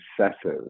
obsessive